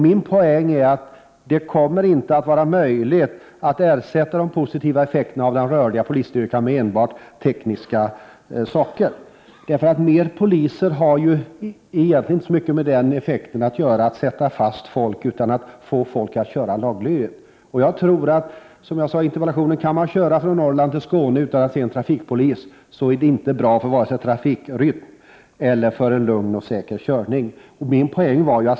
Min asiKt ar att det inte kommer att vara möjligt att ersätta de positiva effekterna av den rörliga polisstyrkan med enbart tekniska hjälpmedel. Att man vill ha fler poliser har faktiskt inte så mycket att göra med att man vill sätta fast folk, utan att man vill få människor att köra laglydigt. Om man kan köra från Norrland till Skåne utan att se en trafikpolis, är detta inte bra för vare sig trafikrytm eller lugn och säker körning.